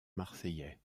marseillais